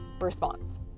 response